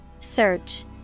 Search